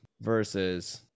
versus